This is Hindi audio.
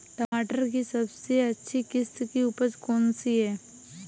टमाटर की सबसे अच्छी किश्त की उपज कौन सी है?